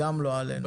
גם לא עלינו,